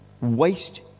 waste